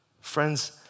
Friends